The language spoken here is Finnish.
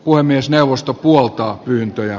puhemiesneuvosto puoltaa pyyntöjä